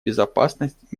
безопасность